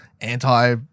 anti